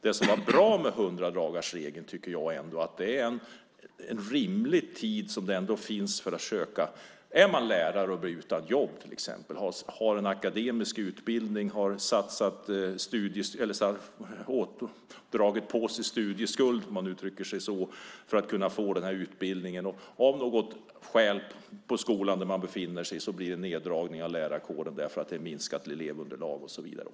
Det som är bra med hundradagarsregeln är att den ger en rimlig tid för att söka. Det kan till exempel vara en lärare som blir utan jobb, som har en akademisk utbildning, som har dragit på sig studieskulder, om man uttrycker sig så, för att kunna få den här utbildningen. Det kan bli neddragningar i lärarkåren på skolan där man befinner sig därför att det är ett minskat elevunderlag och så vidare.